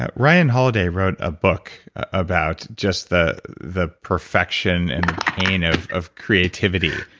ah ryan holiday wrote a book about just the the perfection and pain of of creativity.